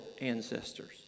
ancestors